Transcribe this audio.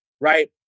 Right